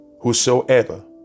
whosoever